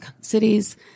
cities